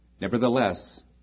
Nevertheless